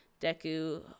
deku